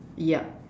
yup